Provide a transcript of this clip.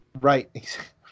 Right